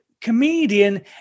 comedian